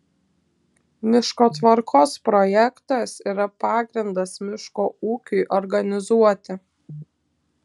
miškotvarkos projektas yra pagrindas miško ūkiui organizuoti